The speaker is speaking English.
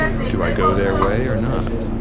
do i go their way or not?